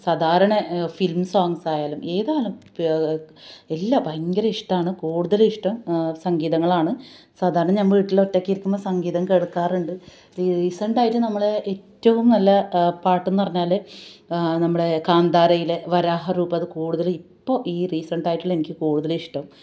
സാധാരണ films songs ആയാലും ഏതായാലും പ് എല്ലാ ഭയങ്കര ഇഷ്ടമാണ് കൂടുതല് ഇഷ്ടം സംഗീതങ്ങളാണ് സാധാരണ ഞാൻ വീട്ടില് ഒറ്റയ്ക്ക് ഇരിക്കുമ്പോൾ സംഗീതം കേൾക്കാറുണ്ട് റീസെൻറ്റ് ആയിട്ട് നമ്മളുടെ ഏറ്റവും നല്ല പാട്ട് എന്ന് പറഞ്ഞാല് നമ്മളുടെ കാന്താരയിലെ വരാഹറുപത് കൂടുതല് ഇപ്പോൾ ഈ റീസെൻറ്റ് ആയിട്ടുള്ള എനിക്ക് കൂടുതല് ഇഷ്ടം